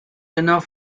enough